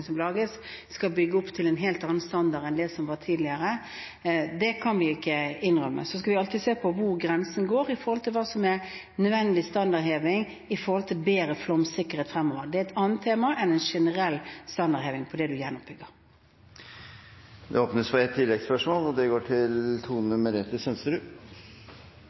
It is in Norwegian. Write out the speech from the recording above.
som lages, skal bygge opp til en helt annen standard enn det var tidligere – det kan vi ikke innrømme. Så skal vi alltid se på hvor grensen går for hva som er nødvendig standardheving for bedre flomsikkerhet fremover. Det er et annet tema enn en generell standardheving på det en gjenoppbygger. Det åpnes for ett oppfølgingsspørsmål – fra Tone Merete Sønsterud.